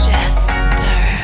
Jester